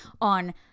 on